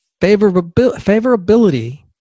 favorability